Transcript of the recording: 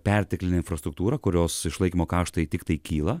perteklinė infrastruktūra kurios išlaikymo kaštai tiktai kyla